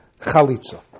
Chalitza